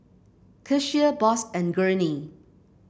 Kecia Boss and Gurney